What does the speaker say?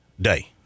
Day